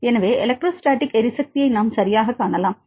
எனவே எலக்ட்ரோஸ்டேடிக் எரிசக்தியை நாம் சரியாகக் காணலாம்